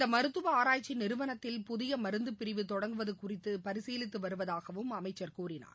இந்த மருத்துவ ஆராய்ச்சி நிறுவனத்தில் புதிய மருந்து பிரிவு தொடங்குவது குறித்து பரிசீலித்து வருவதாகவும் அமைச்சர் கூறினார்